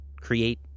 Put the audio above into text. create